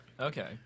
Okay